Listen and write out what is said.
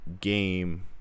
game